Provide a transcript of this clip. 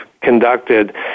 conducted